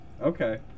Okay